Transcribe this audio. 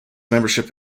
membership